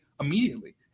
immediately